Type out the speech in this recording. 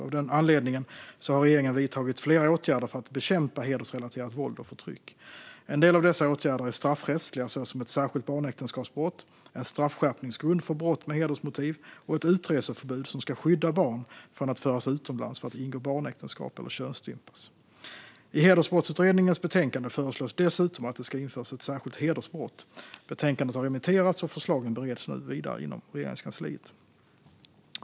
Av den anledningen har regeringen vidtagit flera åtgärder för att bekämpa hedersrelaterat våld och förtryck. En del av dessa åtgärder är straffrättsliga, såsom ett särskilt barnäktenskapsbrott, en straffskärpningsgrund för brott med hedersmotiv och ett utreseförbud som ska skydda barn från att föras utomlands för att ingå barnäktenskap eller könsstympas. I Hedersbrottsutredningens betänkande föreslås dessutom att det ska införas ett särskilt hedersbrott. Betänkandet har remitterats, och förslagen bereds nu vidare inom Regeringskansliet.